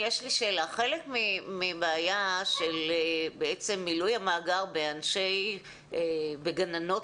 חלק מהבעיה של בעצם מילוי המאגר בגננות